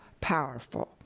powerful